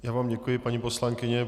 Já vám děkuji, paní poslankyně.